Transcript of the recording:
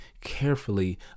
carefully